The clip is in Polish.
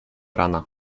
rana